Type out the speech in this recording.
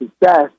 success